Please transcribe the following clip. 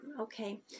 Okay